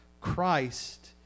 Christ